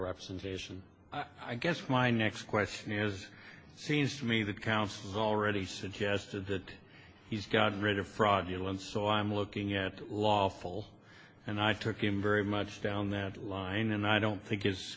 station i guess my next question is seems to me that counts is already suggested that he's got rid of fraudulent so i'm looking at lawful and i took him very much down that line and i don't think his